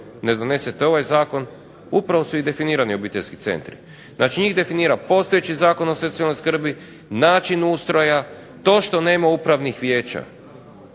ne donesete ovaj zakon upravo su i definirani obiteljski centri. Znači, njih definira postojeći Zakon o socijalnoj skrbi, način ustroja, to što nema upravnih vijeća